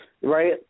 right